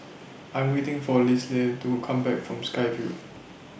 I Am waiting For Lisle to Come Back from Sky Vue